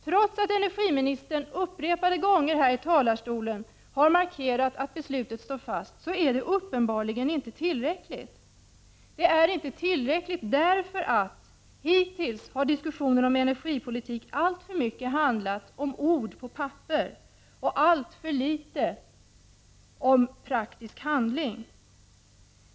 Trots att energiministern uppre pade gånger här i talarstolen har markerat att beslutet står fast är det uppenbarligen inte tillräckligt. Det är inte tillräckligt därför att diskussionen om energipolitik hittills alltför mycket har handlat om ord på papper och alltför litet om praktisk handling.